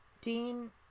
Dean